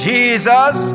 Jesus